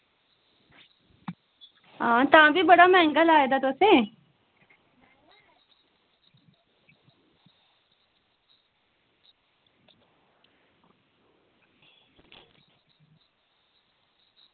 आं तां भी बड़ा मैहंगा लाए दा तुसें